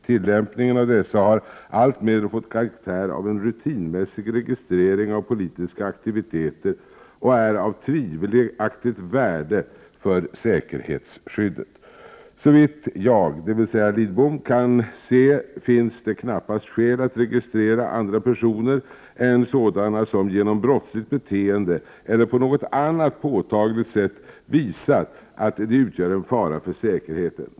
Tillämpningen av dessa har alltmera fått karaktär av en rutinmässig registrering av politiska aktiviteter och är av tvivelaktigt värde för säkerhetsskyddet. Såvitt jag” — alltså Lidbom — ”kan se finns det knappast skäl att registrera andra personer än sådana som genom brottsligt beteende eller på något annat påtagligt sätt visat att de utgör en fara för säkerheten.